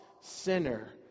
sinner